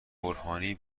برهانی